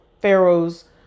Pharaoh's